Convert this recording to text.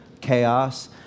chaos